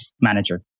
manager